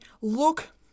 look